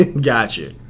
Gotcha